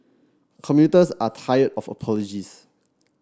commuters are tired of apologies